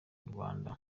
rwanda